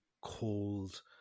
cold